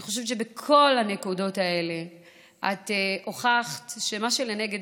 אני חושבת שבכל הנקודות האלה את הוכחת שמה שלנגד